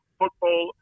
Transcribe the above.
football